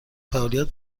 فعالیت